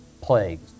plagues